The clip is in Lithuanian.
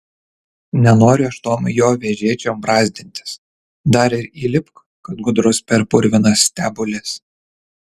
nenoriu aš tom jo vežėčiom brazdintis dar ir įlipk kad gudrus per purvinas stebules